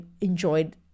enjoyed